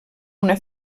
una